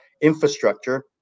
infrastructure